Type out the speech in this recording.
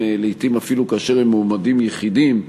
לעתים אפילו כאשר הם מועמדים יחידים,